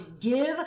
give